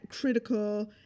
critical